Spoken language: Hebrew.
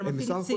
אבל המפעיל הפסיד.